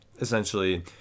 essentially